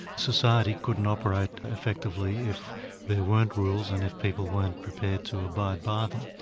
society couldn't operate effectively if there weren't rules and if people weren't prepared to abide by them.